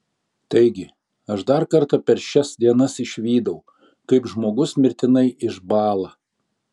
taigi aš dar kartą per šias dienas išvydau kaip žmogus mirtinai išbąla